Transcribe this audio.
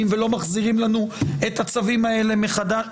ולא מחזירים לנו את הצווים האלה מחדש.